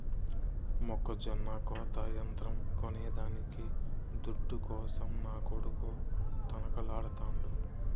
మొక్కజొన్న కోత యంత్రం కొనేదానికి దుడ్డు కోసం నా కొడుకు తనకలాడుతాండు